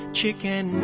Chicken